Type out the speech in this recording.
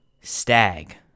Stag